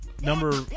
number